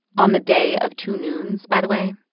on the day of two noons, by the way,